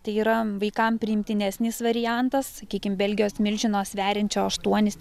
tai yra vaikam priimtinesnis variantas sakykim belgijos milžino sveriančio aštuonis